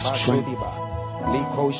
Strength